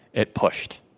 it pushed.